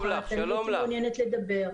סיימן, ואני מעוניינת לדבר.